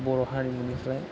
बर' हारिमुनिफ्राय